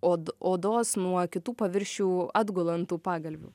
od odos nuo kitų paviršių atgula ant tų pagalvių